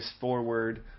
forward